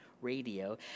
radio